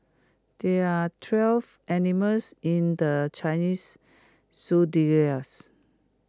there are twelve animals in the Chinese Zodiac